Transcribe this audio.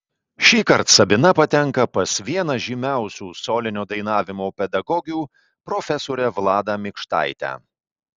šįkart sabina patenka pas vieną žymiausių solinio dainavimo pedagogių profesorę vladą mikštaitę